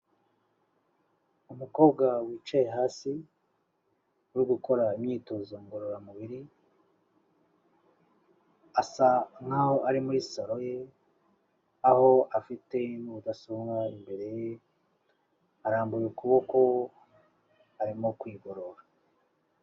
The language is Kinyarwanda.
Umukobwa wicaye hasi uri gukora imyitozo ngororamubiri, asa nk'aho ari muri salon ye, aho afite mudasobwa imbere ye, arambuye ukuboko arimo kwigorora.